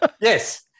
Yes